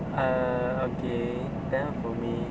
err okay then for me